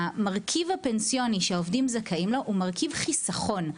המרכיב הפנסיוני שהעובדים זכאים לו הוא מרכיב חיסכון.